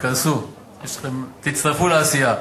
תיכנסו, תצטרפו לעשייה.